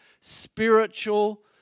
spiritual